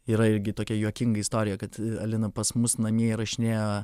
yra irgi tokia juokinga istorija kad alina pas mus namie įrašinėjo